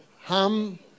Ham